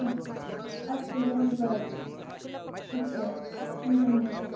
अस्तु अस्तु इदानीं करोतु अस्तु अस् टङ्कनं करोतु